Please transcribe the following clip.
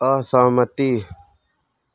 असहमति